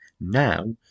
Now